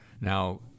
Now